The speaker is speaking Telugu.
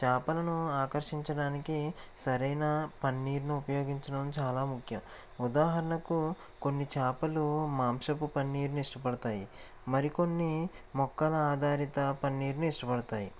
చేపలను ఆకర్షించడానికి సరైన పన్నీరును ఉపయోగించడం చాలా ముఖ్యం ఉదాహరణకు కొన్ని చేపలు మాంసపు పన్నీరుని ఇష్టపడతాయి మరి కొన్ని మొక్కల ఆధారిత పన్నీరుని ఇష్టపడతాయి